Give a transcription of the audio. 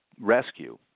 rescue